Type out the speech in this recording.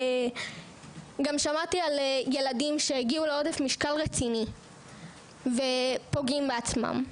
גם שמעתי על ילדים שהגיעו לעודף משקל רציני ופוגעים בעצמם.